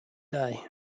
day